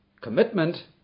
commitment